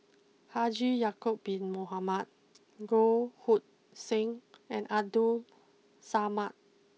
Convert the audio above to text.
Haji Ya'acob Bin Mohamed Goh Hood Seng and Abdul Samad